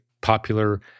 popular